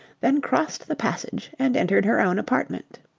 then crossed the passage and entered her own apartment.